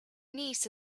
niece